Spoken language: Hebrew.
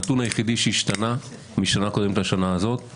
הנתון היחיד שהשתנה מהשנה הקודמת לשנה הזאת הוא